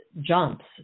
jumps